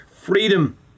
freedom